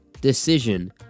decision